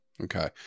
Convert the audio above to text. Okay